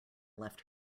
left